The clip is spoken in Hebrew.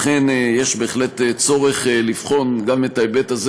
לכן יש בהחלט צורך לבחון גם את ההיבט הזה